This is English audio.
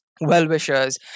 well-wishers